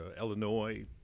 Illinois